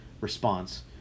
response